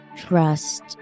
Trust